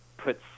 put